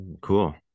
Cool